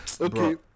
okay